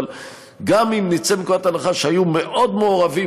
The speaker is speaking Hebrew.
אבל גם אם נצא מנקודת הנחה שהיו מאוד מעורבים,